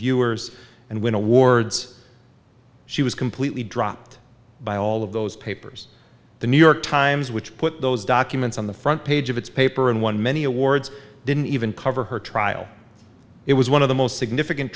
viewers and win awards she was completely dropped by all of those papers the new york times which put those documents on the front page of its paper and won many awards didn't even cover her trial it was one of the most significant